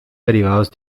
derivados